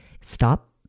stop